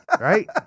Right